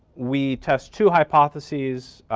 we test two hypotheses,